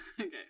okay